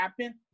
happen